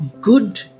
good